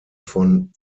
von